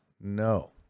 No